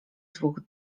dwóch